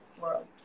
world